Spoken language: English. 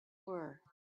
were